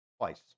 twice